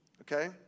okay